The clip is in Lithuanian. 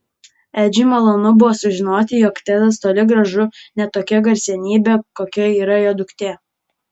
edžiui malonu buvo žinoti jog tedas toli gražu ne tokia garsenybė kokia yra jo duktė